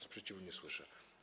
Sprzeciwu nie słyszę.